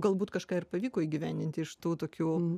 galbūt kažką ir pavyko įgyvendinti iš tų tokių